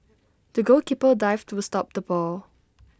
the goalkeeper dived to stop the ball